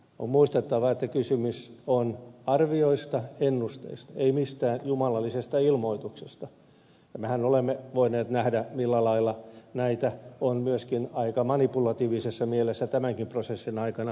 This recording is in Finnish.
on muistettava että kysymys on arvioista ennusteista ei mistään jumalallisesta ilmoituksesta ja mehän olemme voineet nähdä millä lailla näitä on myöskin aika manipulatiivisessa mielessä tämänkin prosessin aikana esitetty